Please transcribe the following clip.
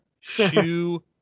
Shoe